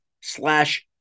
slash